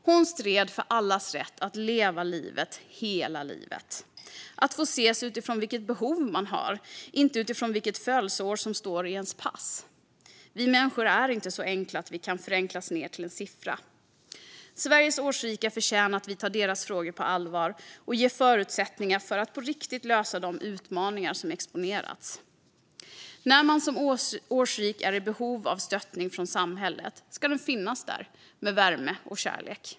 Hon stred för allas rätt att leva livet hela livet och att få ses utifrån vilket behov man har och inte utifrån vilket födelseår som står i ens pass. Vi människor är inte så enkla att vi kan förenklas ned till en siffra. Sveriges årsrika förtjänar att vi tar deras frågor på allvar och ger förutsättningar för att på riktigt lösa de utmaningar som exponerats. När man som årsrik är i behov av stöttning från samhället ska den finnas där med värme och kärlek.